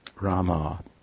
Rama